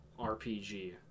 RPG